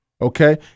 okay